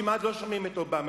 כמעט שלא שומעים את אובמה,